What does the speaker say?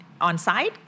on-site